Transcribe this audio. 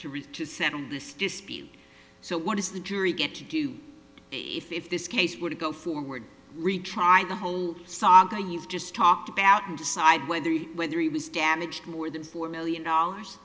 reach to settle this dispute so what does the jury get to do if if this case were to go forward retry the whole saga you've just talked about and decide whether you whether he was damaged more than four million dollars